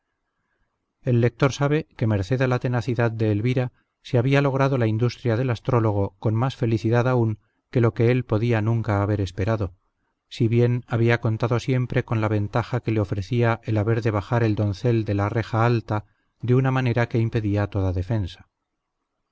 el lector sabe que merced a la tenacidad de elvira se había logrado la industria del astrólogo con más felicidad aún que lo que él podía nunca haber esperado si bien había contado siempre con la ventaja que le ofrecía el haber de bajar el doncel de la reja alta de una manera que impedía toda defensa